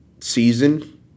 season